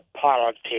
politics